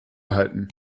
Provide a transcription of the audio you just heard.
erhalten